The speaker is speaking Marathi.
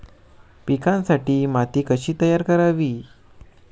पिकांसाठी माती कशी तयार करावी?